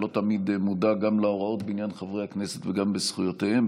שלא תמיד מודע גם להוראות בעניין חברי הכנסת וגם לזכויותיהם.